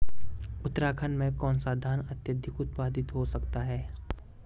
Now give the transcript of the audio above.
उत्तराखंड में कौन सा धान अत्याधिक उत्पादित हो सकता है?